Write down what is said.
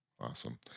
Awesome